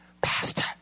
pastor